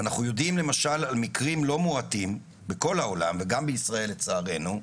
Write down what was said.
אנחנו יודעים למשל על מקרים לא מועטים בכל העולם וגם בישראל לצערנו,